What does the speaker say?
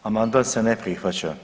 Amandman se ne prihvaća.